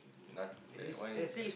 not that one I